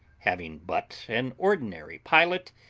having but an ordinary pilot,